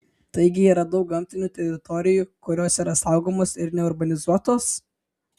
taigi yra daug gamtinių teritorijų kurios yra saugomos ir neurbanizuotos